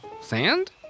sand